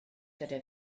gyda